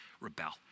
rebel